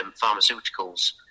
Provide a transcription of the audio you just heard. pharmaceuticals